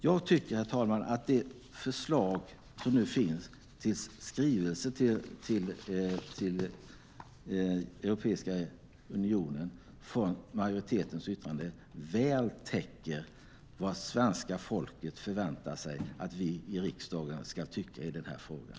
Jag tycker, herr talman, att det förslag som nu finns till skrivelse till Europeiska unionen i majoritetens yttrande väl täcker vad svenska folket förväntar sig att vi i riksdagen ska tycka i den här frågan.